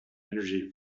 energy